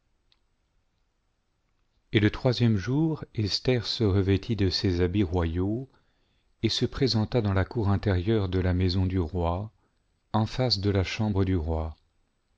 et le troisième jour esther se revêtit de ses habits royaux et se présenta dans la cour intérieure de la maison du roi en face de la chambre du roi